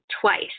twice